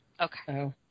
Okay